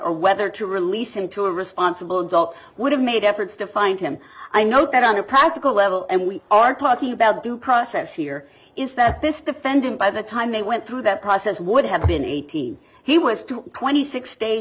or whether to release him to a responsible adult would have made efforts to find him i note that on a practical level and we are talking about due process here is that this defendant by the time they went through that process would have been eighteen he was to twenty six days